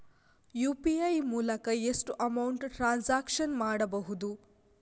UPI ಮೂಲಕ ಎಷ್ಟು amount transaction ಮಾಡಬಹುದು?